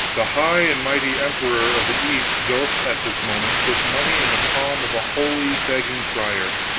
the high and mighty emperor of the east doth at this moment put money in the palm of a holy begging friar